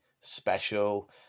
special